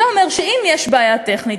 זה אומר שאם יש בעיה טכנית,